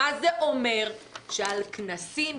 זה אומר שעל כנסים,